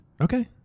Okay